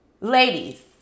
ladies